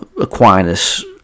Aquinas